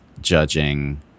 judging